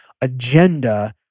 agenda